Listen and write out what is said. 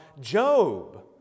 Job